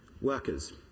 Workers